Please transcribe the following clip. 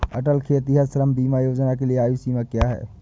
अटल खेतिहर श्रम बीमा योजना के लिए आयु सीमा क्या है?